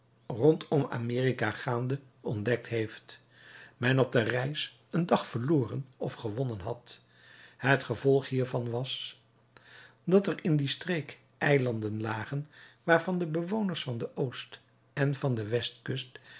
rondom amerika gaande ontdekt heeft men op de reis een dag verloren of gewonnen had het gevolg hiervan was dat er in die streek eilanden lagen waarvan de bewoners van de oost en van de westkust